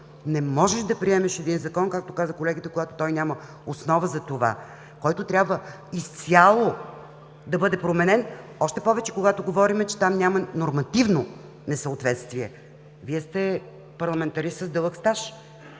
Не можеш да приемеш един закон, както каза колегата, когато той няма основа за това, който трябва изцяло да бъде променен, още повече, когато говорим, че там няма нормативно несъответствие. Вие сте парламентарист с дълъг стаж.